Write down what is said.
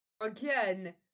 again